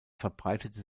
verbreitete